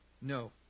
No